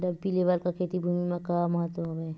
Dumpy level का खेती भुमि म का महत्व हावे?